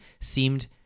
seemed